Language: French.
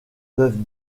peuvent